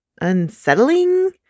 Unsettling